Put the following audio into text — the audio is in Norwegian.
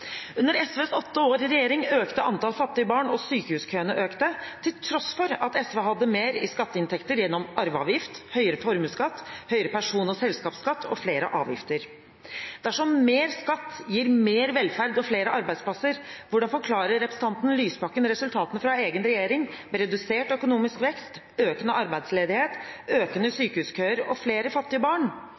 Under SVs åtte år i regjering økte antall fattige barn, og sykehuskøene økte, til tross for at SV hadde mer i skatteinntekter gjennom arveavgift, høyere formuesskatt, høyere person- og selskapsskatt og flere avgifter. Dersom mer skatt gir mer velferd og flere arbeidsplasser, hvordan forklarer representanten Lysbakken resultatene fra egen regjering: redusert økonomisk vekst, økende arbeidsledighet, økende sykehuskøer og flere fattige barn?